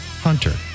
Hunter